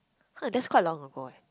uh that's quite long ago eh